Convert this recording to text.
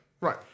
Right